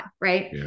right